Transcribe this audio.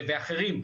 ואחרים,